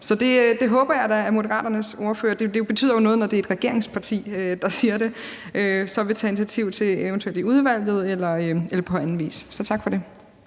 Så det håber jeg da at Moderaternes ordfører gør. Det betyder jo noget, når det er et regeringsparti, der siger det og så vil tage initiativ til det eventuelt i udvalget eller på anden vis. Så tak for det.